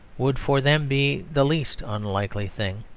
would for them be the least unlikely thing.